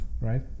right